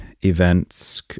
events